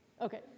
Okay